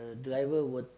the driver would